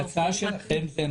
מה ההצעה שלכם?